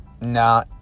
Nah